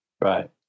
Right